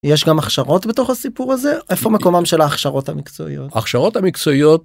יש גם הכשרות בתוך הסיפור הזה איפה מקומם של ההכשרות המקצועיות? הכשרות המקצועיות.